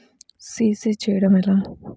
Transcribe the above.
CC చేయడము ఎలా?